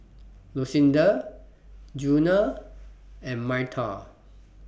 Lucinda Djuna and Myrta